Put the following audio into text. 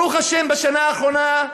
ברוך השם, בשנה האחרונה,